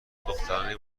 دخترانی